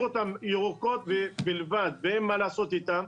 אותן ירוקות בלבד ואין מה לעשות איתם.